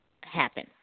happen